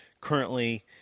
currently